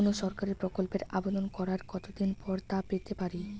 কোনো সরকারি প্রকল্পের আবেদন করার কত দিন পর তা পেতে পারি?